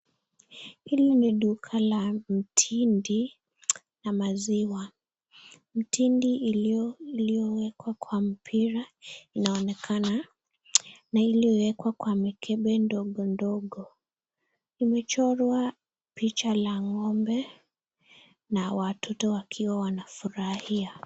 Hili ni duka la mtindi ya maziwa. Tindi iliyowekwa kwa mpira inaonekana ni iliyowekwa kwa mikebe ndogo ndogo. Imechorwa picha la ng'ombe na watoto wakiwa wanafurahia.